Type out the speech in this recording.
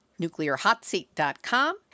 nuclearhotseat.com